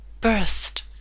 burst